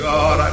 God